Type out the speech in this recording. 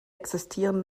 existieren